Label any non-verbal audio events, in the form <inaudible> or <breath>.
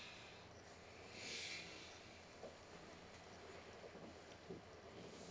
<breath>